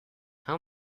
how